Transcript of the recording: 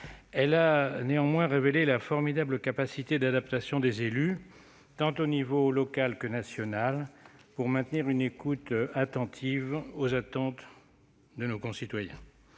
elle a également révélé la formidable capacité d'adaptation des élus, tant au niveau local que national, pour maintenir une écoute attentive aux besoins de nos concitoyens.